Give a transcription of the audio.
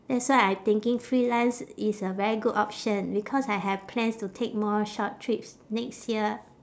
that's why I thinking freelance is a very good option because I have plans to take more short trips next year